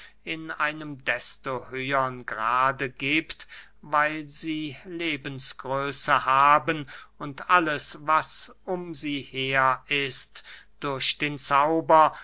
in einem desto höhern grade giebt weil sie lebensgröße haben und alles was um sie her ist durch den zauber